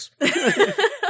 yes